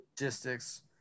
logistics